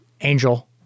angel